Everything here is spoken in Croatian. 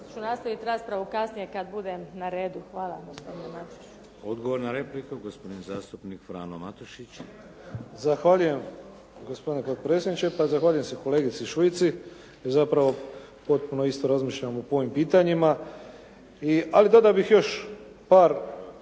Zahvaljujem gospodine potpredsjedniče. Pa zahvaljujem se kolegici Šuici, zapravo potpuno isto razmišljamo po ovim pitanjima, ali dodao bih još par